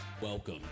Welcome